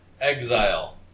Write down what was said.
Exile